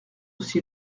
aussi